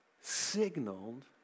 signaled